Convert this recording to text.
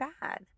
bad